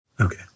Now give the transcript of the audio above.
Okay